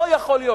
לא יכול להיות.